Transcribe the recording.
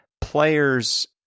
players